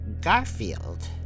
Garfield